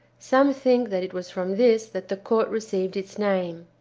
some think that it was from this that the court received its name.